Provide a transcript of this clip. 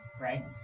right